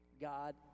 God